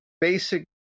basic